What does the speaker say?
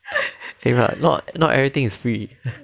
not everything is free